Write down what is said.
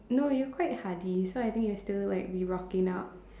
no you're quite hardy so I think you'll still be rocking out